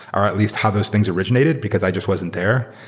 or at least how those things originated, because i just wasn't there.